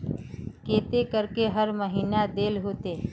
केते करके हर महीना देल होते?